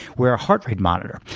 wear a heart rate monitor.